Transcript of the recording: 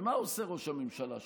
ומה הוא עושה ראש הממשלה שלנו?